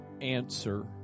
answer